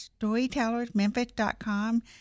StorytellersMemphis.com